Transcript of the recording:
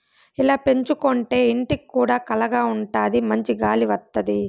ఇలా పెంచుకోంటే ఇంటికి కూడా కళగా ఉంటాది మంచి గాలి వత్తది